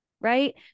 Right